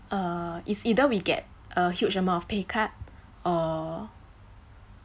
uh it's either we get a huge amount of pay cut or